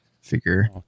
figure